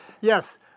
yes